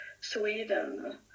Sweden